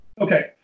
Okay